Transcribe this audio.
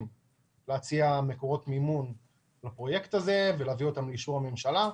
להציע מקורות מימון לפרויקט הזה ולהביא אותם לאישור הממשלה.